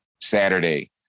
Saturday